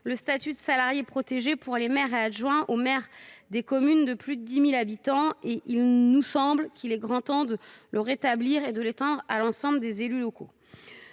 le statut de salarié protégé pour les maires et adjoints aux maires des communes de plus de 10 000 habitants. Il nous semble qu’il est grand temps de le rétablir et de l’étendre à l’ensemble des élus locaux.